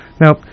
Now